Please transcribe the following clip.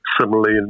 similarly